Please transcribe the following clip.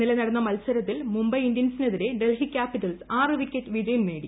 ഇന്നലെ നടന്ന മത്സര ത്തിൽ മുംബൈ ഇന്ത്യൻസിനെതിരെ ഡൽഹി ക്യാപിറ്റൽസ് ആറ് വിക്കറ്റിന് വിജയം നേടി